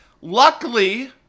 luckily